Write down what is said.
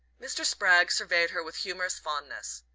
mr. spragg surveyed her with humorous fondness.